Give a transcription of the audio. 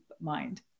mind